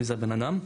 מי זה הבן אדם.